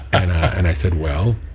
and i said, well,